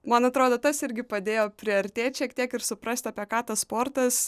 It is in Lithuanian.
man atrodo tas irgi padėjo priartėt šiek tiek ir suprast apie ką tas sportas